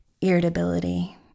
irritability